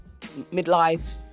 midlife